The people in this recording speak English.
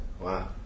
Wow